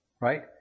right